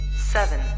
seven